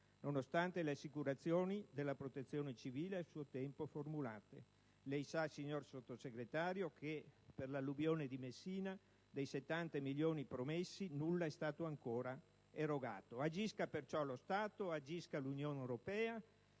nonostante le assicurazioni della Protezione civile a suo tempo formulate. Lei sa, signor Sottosegretario, che, per l'alluvione di Messina, dei 70 milioni promessi nulla è stato ancora erogato. Agisca perciò lo Stato, agisca l'Unione europea;